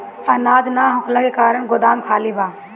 अनाज ना होखला के कारण गोदाम खाली बा